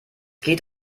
geht